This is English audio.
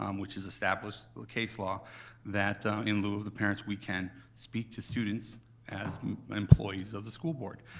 um which is established case law that in lieu of the parents, we can speak to students as employees of the school board.